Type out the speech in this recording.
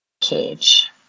cage